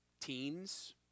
teens